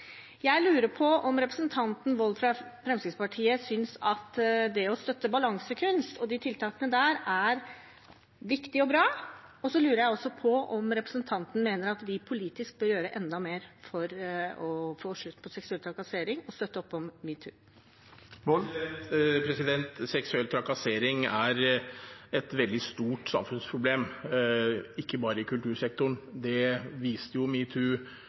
Jeg lurer på om representanten Wold fra Fremskrittspartiet synes at det å støtte Balansekunst og tiltakene der er viktig og bra. Jeg lurer også på om representanten Wold mener at vi politisk bør gjøre enda mer for å få slutt på seksuell trakassering og støtte opp om metoo. Seksuell trakassering er et veldig stort samfunnsproblem, ikke bare i kultursektoren. Det viste